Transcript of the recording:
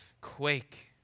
quake